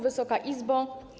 Wysoka Izbo!